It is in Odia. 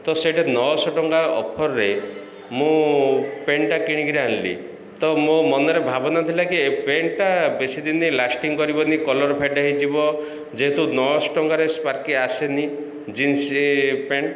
ତ ସେଇଠି ନଅଶହ ଟଙ୍କା ଅଫର୍ରେ ମୁଁ ପ୍ୟାଣ୍ଟଟା କିଣିକରି ଆଣିଲି ତ ମୋ ମନରେ ଭାବ ନଥିଲା କି ଏ ପ୍ୟାଣ୍ଟଟା ବେଶୀ ଦିନ ଲାଷ୍ଟିଂ କରିବନି କଲର୍ ଫେଡ଼୍ ହେଇଯିବ ଯେହେତୁ ନଅଶହ ଟଙ୍କାରେ ସ୍ପାର୍କି ଆସେନି ଜିନ୍ସ ପ୍ୟାଣ୍ଟ